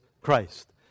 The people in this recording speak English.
Christ